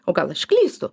o gal aš klystu